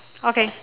okay